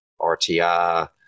RTI